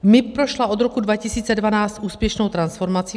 MIB prošla od roku 2012 úspěšnou transformací.